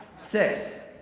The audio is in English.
six.